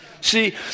See